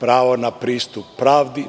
pravo na pristup pravdi,